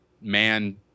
man